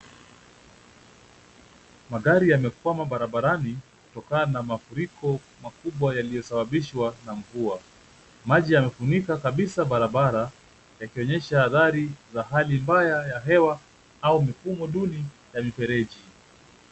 Magari yamekwama barabarani kutokana na mafuriko makubwa, yaliyosababishwa na mvua. Maji yamefunika kabisa barabara yakionyesha athari za hali mbaya ya hewa au mifumo duni ya mifereji.